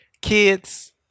kids